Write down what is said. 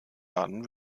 baden